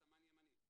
לסמן ימני.